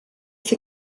ser